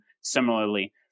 similarly